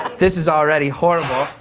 this is already horrible,